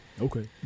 Okay